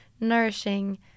nourishing